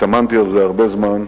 התאמנתי על זה הרבה זמן,